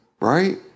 Right